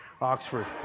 Oxford